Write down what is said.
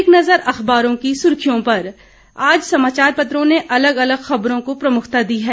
एक नज़र अखबारों की सुर्खियों पर आज समाचार पत्रों ने अलग अलग खबरों को प्रमुखता दी है